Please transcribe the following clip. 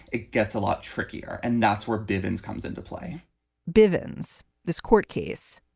it gets a lot trickier. and that's where bivins comes into play bivins, this court case,